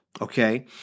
okay